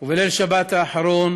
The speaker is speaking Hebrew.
ובליל שבת האחרון